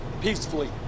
peacefully